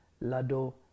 lado